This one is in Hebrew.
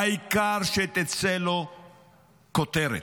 העיקר שתצא לו כותרת.